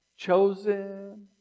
Chosen